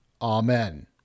Amen